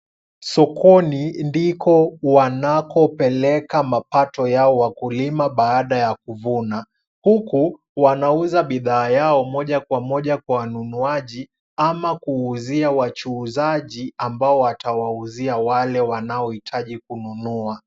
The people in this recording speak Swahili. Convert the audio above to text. Sokoni ndiko wanakopeleka mapato yao wakulima baada ya kuvuna. Huku wanauza bidhaa yao moja kwa moja kwa wanunuaji ama kuuzia wachuuzaji ambao watawauzia wale wanaohitaji kununua.